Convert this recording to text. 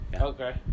Okay